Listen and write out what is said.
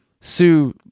Sue